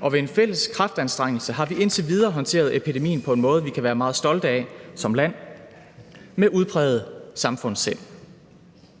og ved en fælles kraftanstrengelse har vi indtil videre håndteret epidemien på en måde, vi kan være meget stolte af som land – med udpræget samfundssind.